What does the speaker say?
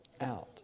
out